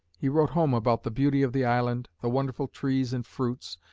he wrote home about the beauty of the island, the wonderful trees and fruits,